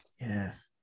Yes